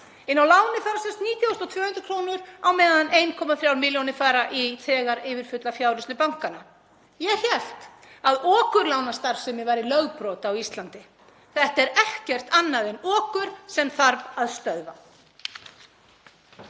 Inn á lánið fara sem sagt 19.200 kr. á meðan 1,3 milljónir fara í þegar yfirfulla fjárhirslu bankanna. Ég hélt að okurlánastarfsemi væri lögbrot á Íslandi. Þetta er ekkert annað en okur sem þarf að stöðva.